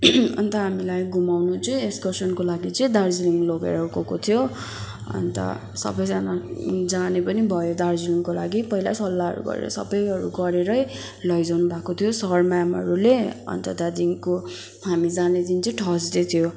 अन्त हामीलाई घुमाउनु चाहिँ एक्सकर्सनको लागि चाहिँ दार्जिलिङ लगेर गएको थियो अन्त सबैजना जाने पनि भयो दार्जिलिङको लागि पहिल्यै सल्लाहहरू गरेर सबैहरू गरेरै लैजानुभएको थियो सर म्यामहरूले अन्त त्यहाँदेखिको हामी जाने दिन चाहिँ थर्सडे थियो